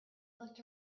looked